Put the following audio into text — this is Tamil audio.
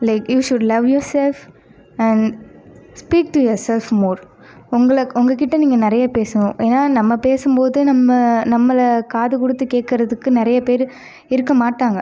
like you should love yourself and speak to yourself more உங்களை உங்கள் கிட்டே நீங்கள் நிறைய பேசணும் ஏன்னால் நம்ம பேசும் போது நம்ம நம்மளை காது கொடுத்து கேட்கறத்துக்கு நிறைய பேர் இருக்கற மாட்டாங்க